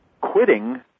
quitting